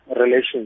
relations